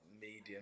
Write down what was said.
medium